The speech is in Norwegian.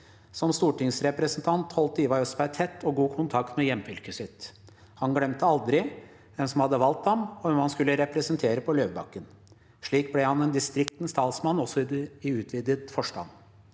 Som stortingsrepresentant holdt Ivar Østberg tett og god kontakt med hjemfylket sitt. Han glemte aldri hvem som hadde valgt ham, og hvem han skulle representere på Løvebakken. Slik ble han en distriktenes talsmann også i utvidet forstand.